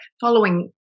following